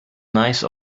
nice